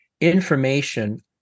information